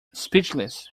speechless